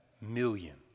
million